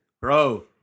Bro